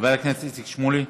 חבר הכנסת איציק שמולי,